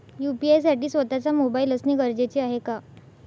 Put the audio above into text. UPI साठी स्वत:चा mobile असणे गरजेचे आहे का?